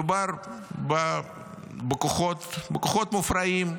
מדובר בכוחות מופרעים,